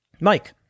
Mike